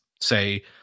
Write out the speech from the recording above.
say